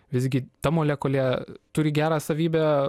visgi ta molekulė turi gerą savybę